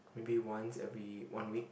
maybe once every one week